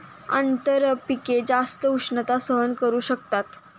आंतरपिके जास्त उष्णता सहन करू शकतात